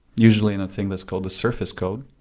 usually in a thing that's called a surface code,